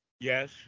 Yes